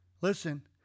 Listen